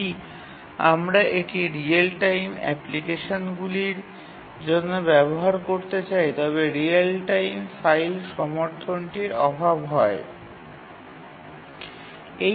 যদি আমরা এটি রিয়েল টাইম অ্যাপ্লিকেশনগুলির জন্য ব্যবহার করতে চাই তবে রিয়েল টাইম ফাইলের সাহায্যের অভাব হতে পারে